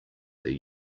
their